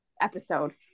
episode